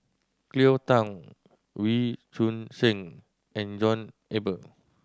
Cleo Thang Wee Choon Seng and John Eber